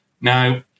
now